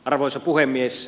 arvoisa puhemies